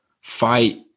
fight